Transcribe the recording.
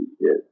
Yes